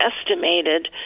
estimated